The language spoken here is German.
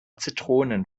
zitronen